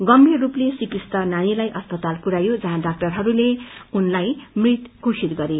गम्भीर रूपले सिकस्त नानीलाई अस्पताल पु ्याइयो जहाँ डाक्टरहरूले उनलाई मृत घोषित गरे